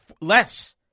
less